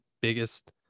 biggest